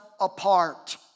apart